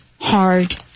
hard